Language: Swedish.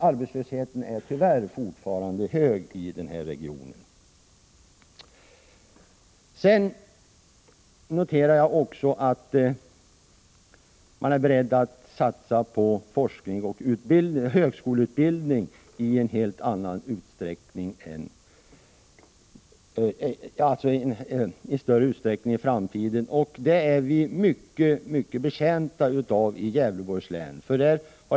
Arbetslösheten är tyvärr fortfarande hög i den här regionen. Sedan noterade jag också att regeringen är beredd att satsa på forskning | och högskoleutbildning i större utsträckning i framtiden. Det är vi mycket | betjänta av i Gävleborgs län.